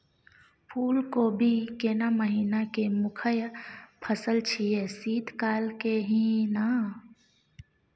फुल कोबी केना महिना के मुखय फसल छियै शीत काल के ही न?